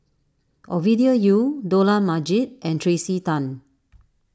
Ovidia Yu Dollah Majid and Tracey Tan